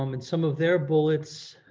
um and some of their bullets